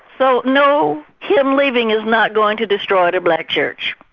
so no, him leaving is not going to destroy the black church.